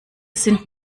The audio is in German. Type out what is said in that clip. sind